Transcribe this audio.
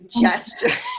gesture